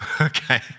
okay